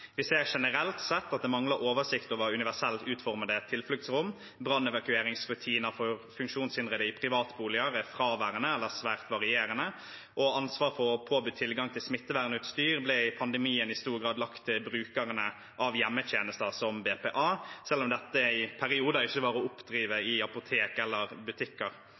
i privatboliger er fraværende eller svært varierende. Ansvaret for tilgang på smittevernutstyr ble i pandemien i stor grad lagt til brukerne av hjemmetjenester som BPA, selv om dette i perioder ikke var å oppdrive i apotek eller butikker.